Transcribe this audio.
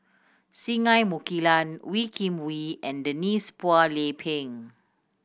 Singai Mukilan Wee Kim Wee and Denise Phua Lay Peng